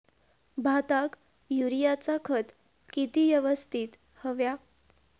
भाताक युरियाचा खत किती यवस्तित हव्या?